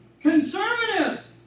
conservatives